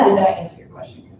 and that answer your question,